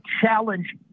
challenge